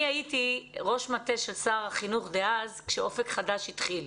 אני הייתי ראש מטה של שר החינוך דאז כשאופק חדש התחיל.